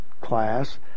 class